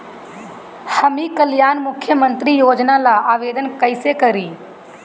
हम ई कल्याण मुख्य्मंत्री योजना ला आवेदन कईसे करी?